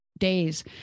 days